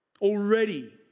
Already